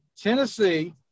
Tennessee